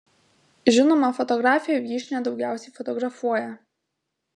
žinoma fotografė vyšnia daugiausiai fotografuoja